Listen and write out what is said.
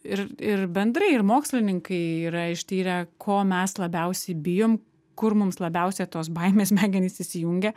ir ir bendrai ir mokslininkai yra ištyrę ko mes labiausiai bijom kur mums labiausia tos baimės smegenys įsijungia